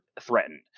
threatened